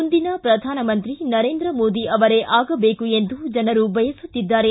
ಮುಂದಿನ ಪ್ರಧಾನಮಂತ್ರಿ ನರೇಂದ್ರ ಮೋದಿ ಅವರು ಆಗದೇಕು ಎಂದು ಜನರು ಬಯಸುತ್ತಿದ್ದಾರೆ